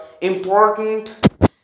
important